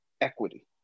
equity